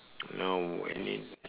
oh any